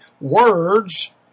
words